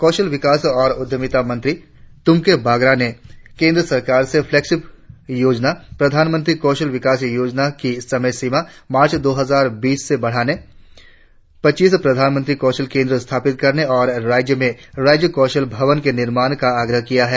कौशल विकास और उद्यमिता मंत्री तुमके बागरा ने केंद्र सरकार से फ्लेकशीप योजना प्रधानमंत्री कौशल विकास योजना की समय सीमा मार्च दो हजार बीस से बढ़ाने पच्चीस प्रधानमंत्री कौशल केंद्र स्थापित करने और राज्य में राज्य कौशल भवन के निर्माण का आग्रह किया है